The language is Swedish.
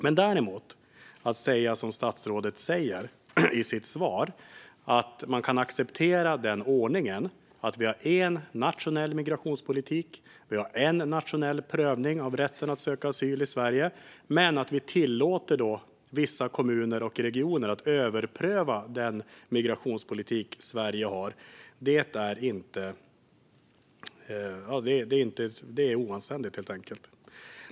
Att däremot säga som statsrådet säger i sitt svar, att man kan acceptera ordningen att vi har en nationell migrationspolitik och en nationell prövning av rätten att söka asyl i Sverige men tillåter vissa kommuner och regioner att överpröva den migrationspolitik Sverige har, är helt enkelt oanständigt.